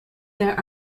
there